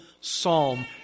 psalm